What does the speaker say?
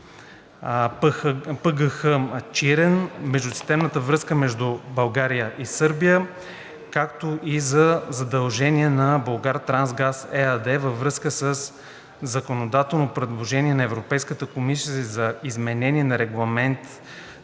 ПГХ „Чирен“, Междусистемна газова връзка България – Сърбия, както и за задължения на „Булгартрансгаз“ ЕАД във връзка със законодателно предложение на Европейската комисия за изменение на Регламент